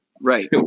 Right